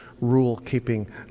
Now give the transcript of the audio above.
rule-keeping